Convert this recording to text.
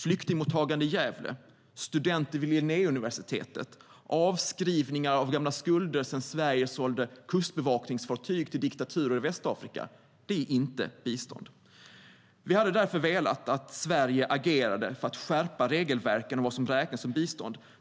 Flyktingmottagande i Gävle, studier för utländska studenter vid Linnéuniversitetet och avskrivning av gamla skulder som funnits sedan Sverige sålde kustbevakningsfartyg till diktaturer i Västafrika är inte bistånd. Vi hade därför velat att Sverige agerade för att skärpa regelverken för vad som ska räknas som bistånd.